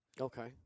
Okay